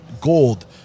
gold